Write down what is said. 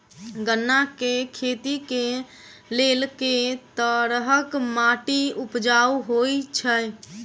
गन्ना केँ खेती केँ लेल केँ तरहक माटि उपजाउ होइ छै?